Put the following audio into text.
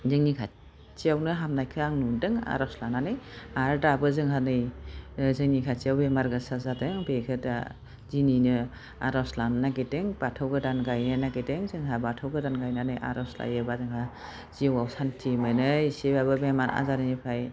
जोंनि खाथियावनो हामनायखौ आं नुदों आर'ज लानानै आरो दाबो जोंहा नै जोंनि खाथियाव बेमार गोसा जादों बेखौ दा दिनैनो आर'ज लानो नागिदों बाथौ गोदान गायनो नागिदों जोंहा बाथौ गोदान गायनानै आर'ज लायोबा जोंहा जिउवाव सान्थि मोनो एसेबाबो बेमार आजारनिफ्राय